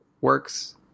works